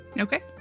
okay